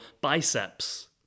biceps